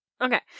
Okay